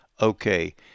Okay